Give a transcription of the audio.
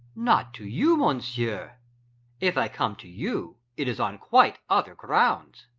not to you, monsieur. if i come to you, it is on quite other grounds.